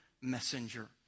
messenger